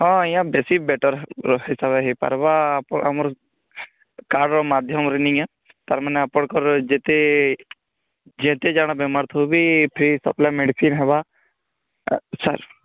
ହଁ ୟାହାଁ ବେଶୀ ବେଟର୍ ସିଷ୍ଟମ୍ ହେଇପାର୍ବା ଆପ ଆମର୍ କାହାର ମାଧ୍ୟମରେ ନିଆ ତାର୍ମାନେ ଆପଣଙ୍କର ଯେତେ ଯେତେଜଣ ବେମାର ଥିବା ବି ଫ୍ରି ସପ୍ଲାଏ ମେଡ଼ିସିନ୍ ହେବ ଆଉ ସାର୍